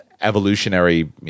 evolutionary